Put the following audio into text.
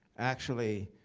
actually,